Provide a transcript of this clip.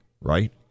right